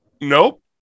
Nope